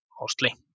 mostly